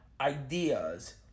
ideas